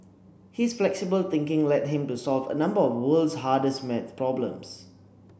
his flexible thinking led him to solve a number of world's hardest maths problems